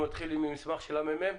אנחנו נתחיל עם המסמך של הממ"מ.